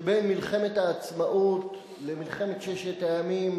שבין מלחמת העצמאות למלחמת ששת הימים